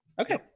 Okay